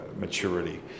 maturity